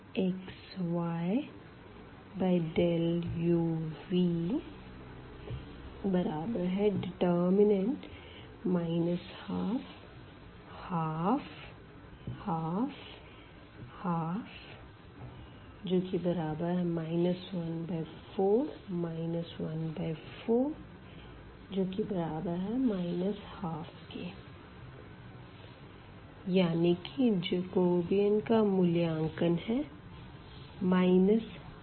xyuv 12 12 12 12 14 14 12 यानी कि Jacobian का मूल्यांकन है 12